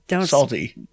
Salty